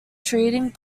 treating